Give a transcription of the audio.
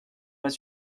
pas